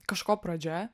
kažko pradžia